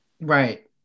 Right